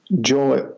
joy